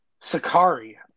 Sakari